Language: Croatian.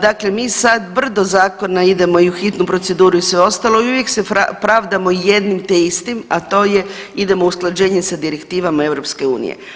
Dakle, mi sad brdo zakona idemo i u hitnu proceduru i sve ostalo i uvijek se pravdamo jednim te istim, a to je idemo usklađenje sa direktivama EU.